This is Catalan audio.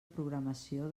programació